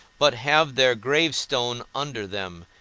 but have their gravestone under them,